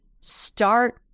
start